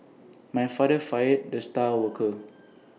my father fired the star worker